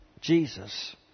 Jesus